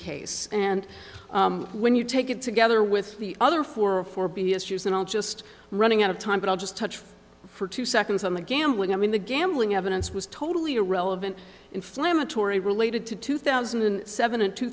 case and when you take it together with the other four or four b s you said i'll just running out of time but i'll just touch for two seconds on the gambling i mean the gambling evidence was totally irrelevant inflammatory related to two thousand and seven and two